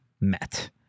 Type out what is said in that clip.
met